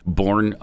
born